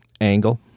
angle